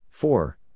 Four